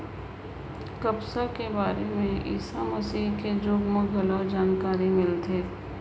कपसा के बारे में ईसा मसीह के जुग में घलो जानकारी मिलथे